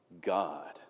God